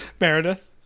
Meredith